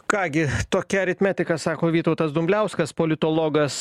ką gi tokia aritmetika sako vytautas dumbliauskas politologas